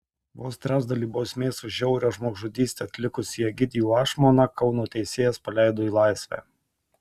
vos trečdalį bausmės už žiaurią žmogžudystę atlikusį egidijų ašmoną kauno teisėjas paleido į laisvę